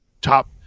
top